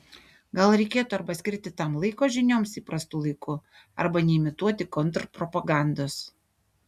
gal reikėtų arba skirti tam laiko žinioms įprastu laiku arba neimituoti kontrpropagandos